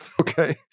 okay